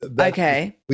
okay